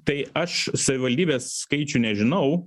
tai aš savivaldybės skaičių nežinau